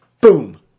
Boom